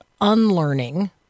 unlearning